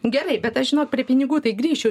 gerai bet aš žinok prie pinigų tai grįšiu